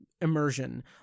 immersion